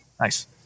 Nice